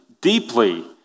deeply